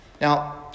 Now